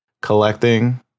collecting